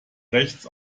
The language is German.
rechts